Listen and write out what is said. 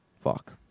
Fuck